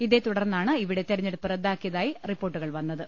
ഇത്തെ തുടർന്നാണ് ഇവിടെ തെരഞ്ഞെടുപ്പ് റദ്ദാക്കിയതായി റിപ്പോർട്ടുകൾ വന്നത്